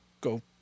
go